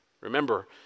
Remember